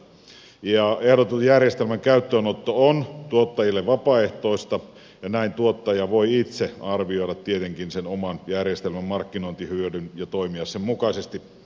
ehdotetun järjestelmän käyttöönotto on tuottajille vapaaehtoista ja näin tuottaja voi itse arvioida tietenkin sen oman järjestelmän markkinointihyödyn ja toimia sen mukaisesti